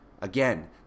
again